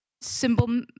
symbol